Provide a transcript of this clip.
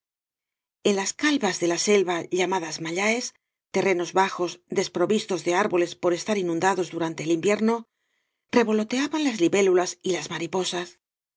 en las calvas de la selva llamadas mallaes terrenos bajos desprovistos de árboles por estar inundados durante el invierno revoloteaban las libélulas y las mariposas